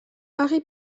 harry